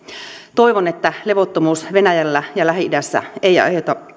toivon että levottomuus venäjällä ja lähi idässä ei aiheuta